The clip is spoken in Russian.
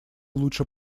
лучше